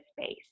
space